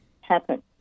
happen